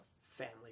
family